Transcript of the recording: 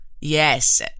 Yes